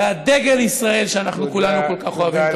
בעד דגל ישראל שאנחנו כולנו כל כך אוהבים.